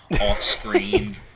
off-screen